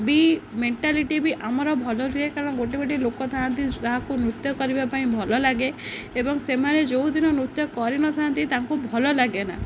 ବି mentality ବି ଆମର ଭଲ ରୁହେ କାରଣ ଗୋଟେ ଗୋଟେ ଲୋକ ଥାନ୍ତି ଯାହାକୁ ନୃତ୍ୟ କରିବା ପାଇଁ ଭଲ ଲାଗେ ଏବଂ ସେମାନେ ଯେଉଁ ଦିନ ନୃତ୍ୟ କରିନଥାନ୍ତି ତାଙ୍କୁ ଭଲ ଲାଗେ ନା